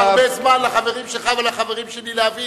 זה ייקח הרבה זמן לחברים שלך ולחברים שלי להבין.